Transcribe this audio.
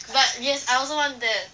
but yes I also want that